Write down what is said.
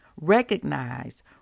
recognize